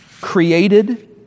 created